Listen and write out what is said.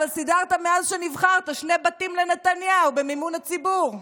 אבל מאז שנבחרת סידרת שני בתים לנתניהו במימון הציבור.